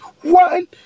one